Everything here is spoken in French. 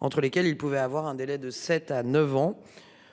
entre lesquels il pouvait avoir un délai de 7 à 9 ans.